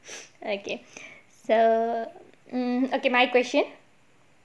okay so mm okay my question